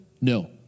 no